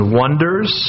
wonders